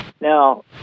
Now